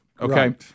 Okay